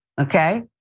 Okay